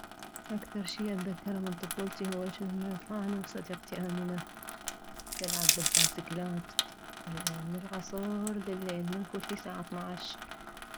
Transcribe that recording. اكثر شي اتذكره من طفولتي هو جنا نطلع اني وصديقتي امنه نلعب بالبايسكلات من العصر لليل ما نفوت ليساعة اثناعش